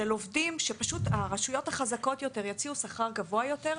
שלא עובדים שפשוט הרשויות החזקות יותר יציעו שכר גבוה יותר,